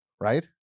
Right